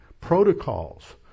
protocols